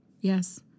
Yes